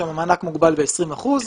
כאשר המענק מוגבל ב-20 אחוזים,